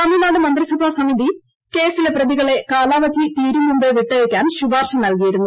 തമിഴ്നാട് മന്ത്രിസഭാ സമിതി കേസിലെ പ്രതികളെ കാലാവധി തീരുംമുമ്പേ വിട്ടയയ്ക്കാൻ ശുപാർശ നൽകിയിരുന്നു